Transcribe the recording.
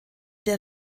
der